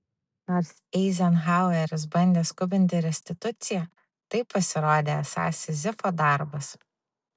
nors eizenhaueris bandė skubinti restituciją tai pasirodė esąs sizifo darbas